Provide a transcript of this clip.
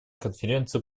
конференции